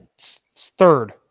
third